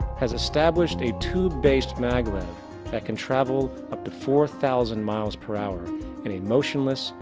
has established a tube-based mag-lev that can travel up to four thousand miles per hour in a motionless,